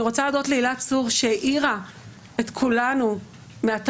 אני רוצה להודות להילה צור שהעירה את כולנו מהתרדמה,